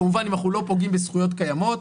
כמובן אם אנחנו לא פוגעים בזכויות קיימות.